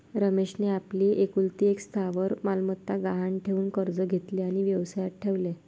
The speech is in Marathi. रमेशने आपली एकुलती एक स्थावर मालमत्ता गहाण ठेवून कर्ज घेतले आणि व्यवसायात ठेवले